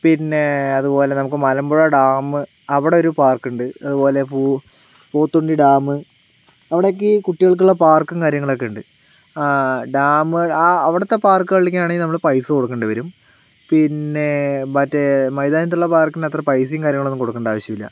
പിന്നെ അതുപോലെ നമുക്ക് മലമ്പുഴ ഡാം അവിടെ ഒരു പാർക്കുണ്ട് അതുപോലെ പോത്തുണ്ടി ഡാം അവിടെയൊക്കെ ഈ കുട്ടികൾക്കുള്ള പാർക്കും കാര്യങ്ങളൊക്കെ ഉണ്ട് ഡാം ആ അവിടുത്തെ പാർക്കുകളിലൊക്കെ ആണെങ്കിൽ നമ്മള് പൈസ കൊടുക്കേണ്ടി വരും പിന്നെ മറ്റെ മൈതാനത്തുള്ള പാർക്കിനത്ര പൈസയും കാര്യങ്ങളൊന്നും കൊടുക്കേണ്ട ആവശ്യമില്ല